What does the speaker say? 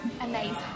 amazing